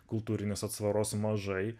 kultūrinės atsvaros mažai